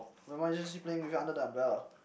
nevermind just keep playing with under the umbrella